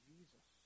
Jesus